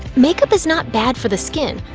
makeup is not bad for the skin.